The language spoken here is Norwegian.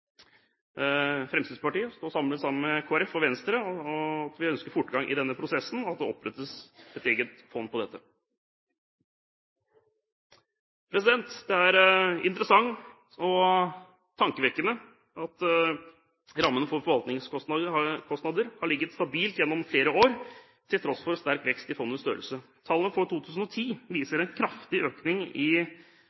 Fremskrittspartiet står sammen med Kristelig Folkeparti og Venstre om å ønske fortgang i denne prosessen, og at det opprettes et eget fond for dette. Det er interessant og tankevekkende at rammen for forvaltningskostnader har ligget stabilt gjennom flere år til tross for sterk vekst i fondets størrelse. Tallene for 2010